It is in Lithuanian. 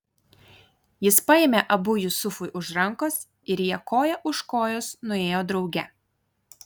jis paėmė abu jusufui už rankos ir jie koja už kojos nuėjo drauge